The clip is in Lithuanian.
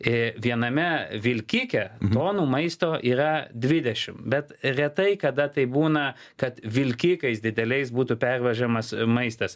viename vilkike mano maisto yra dvidešimt bet retai kada taip būna kad vilkikais dideliais būtų pervežamas maistas